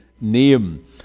name